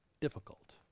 difficult